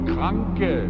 Kranke